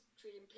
treating